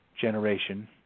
generation